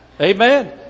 Amen